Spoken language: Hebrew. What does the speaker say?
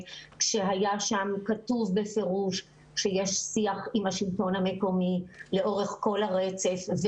בה היה כתוב בפירוש שיש שיח עם השלטון המקומי לאורך כל הרצף,